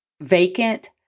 Vacant